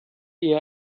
eher